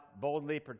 boldly